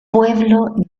pueblo